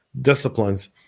disciplines